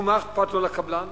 ומה אכפת לו לקבלן?